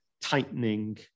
tightening